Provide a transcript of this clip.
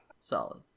solid